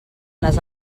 les